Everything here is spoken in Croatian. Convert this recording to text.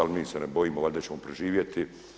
Ali mi se ne bojimo, valjda ćemo preživjeti.